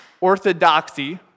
Orthodoxy